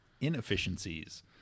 inefficiencies